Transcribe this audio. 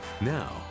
Now